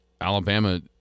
Alabama